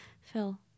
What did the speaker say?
Phil